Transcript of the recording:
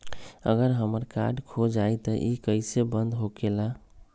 अगर हमर कार्ड खो जाई त इ कईसे बंद होकेला?